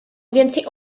więcej